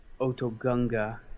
Otogunga